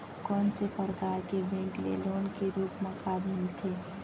कोन से परकार के बैंक ले लोन के रूप मा खाद मिलथे?